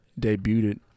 debuted